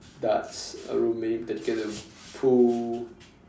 darts a room may dedicate to pool